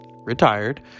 retired